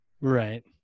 Right